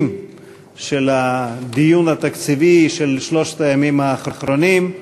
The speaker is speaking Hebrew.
של הדיון התקציבי של שלושת הימים האחרונים.